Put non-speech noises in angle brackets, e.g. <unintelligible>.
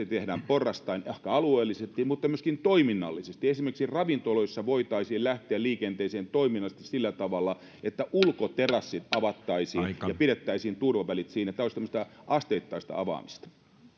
<unintelligible> tehdään porrastaen ehkä alueellisesti mutta myöskin toiminnallisesti esimerkiksi ravintoloissa voitaisiin lähteä liikenteeseen toiminnallisesti sillä tavalla että ulkoterassit avattaisiin ja pidettäisiin turvavälit siinä tämä olisi tämmöistä asteittaista avaamista